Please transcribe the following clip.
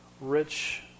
rich